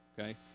Okay